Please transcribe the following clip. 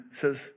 says